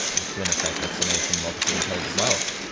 the flynn effect explanation, multiple intelligent. well,